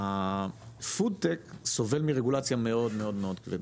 וה"פוד-טק" סובל מרגולציה מאוד-מאוד-מאוד כבדה.